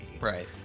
right